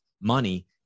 money